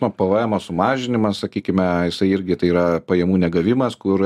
nu pvmo mažinimas sakykime jisai irgi tai yra pajamų negavimas kur